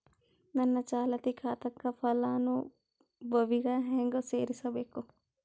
ನನ್ನ ಚಾಲತಿ ಖಾತಾಕ ಫಲಾನುಭವಿಗ ಹೆಂಗ್ ಸೇರಸಬೇಕು?